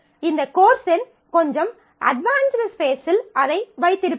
இந்த கோர்ஸின் கொஞ்சம் அட்வான்ஸ்ட் ஸ்பேஸில் அதை வைத்திருப்போம்